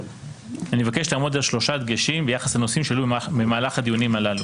אני מבקש לעמוד על שלושה דגשים ביחס לנושאים שעלו במהלך דיונים אלו: